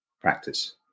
practice